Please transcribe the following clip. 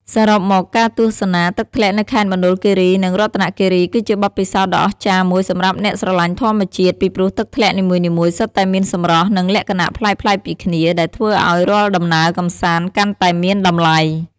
សរុបមក ការទស្សនាទឹកធ្លាក់នៅខេត្តមណ្ឌលគិរី និងរតនគិរី គឺជាបទពិសោធន៍ដ៏អស្ចារ្យមួយសម្រាប់អ្នកស្រឡាញ់ធម្មជាតិ ពីព្រោះទឹកធ្លាក់នីមួយៗសុទ្ធតែមានសម្រស់ និងលក្ខណៈប្លែកៗពីគ្នា ដែលធ្វើឲ្យរាល់ដំណើរកម្សាន្តកាន់តែមានតម្លៃ។